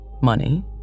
Money